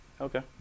Okay